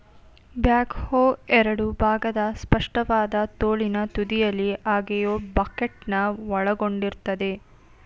back ಹೋ ಎರಡು ಭಾಗದ ಸ್ಪಷ್ಟವಾದ ತೋಳಿನ ತುದಿಯಲ್ಲಿ ಅಗೆಯೋ ಬಕೆಟ್ನ ಒಳಗೊಂಡಿರ್ತದೆ